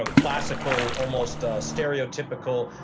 ah classical, almost stereotypical,